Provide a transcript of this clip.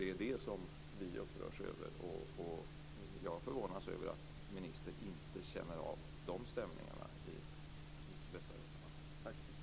Det är det som vi upprörs över, och jag förvånas över att ministern inte känner av de stämningarna i Västra Götaland.